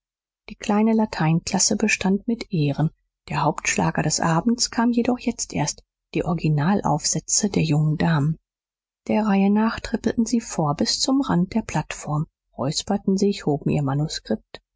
die kleine lateinklasse bestand mit ehren der hauptschlager des abends kam jedoch jetzt erst die originalaufsätze der jungen damen der reihe nach trippelten sie vor bis zum rand der plattform räusperten sich hoben ihr manuskript